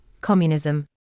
communism